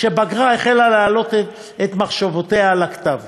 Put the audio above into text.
כשבגרה, החלה להעלות את מחשבותיה על הכתב.